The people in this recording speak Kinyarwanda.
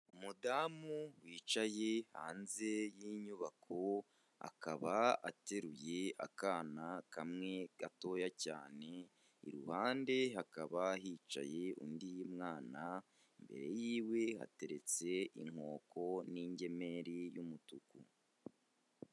Umudamu wicaye hanze y'inyubako akaba ateruye akana kamwe gatoya cyane iruhande hakaba hicaye undi mwana mbere y'iwe hateretse inkoko n'ingemeri y'umutuku.